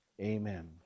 amen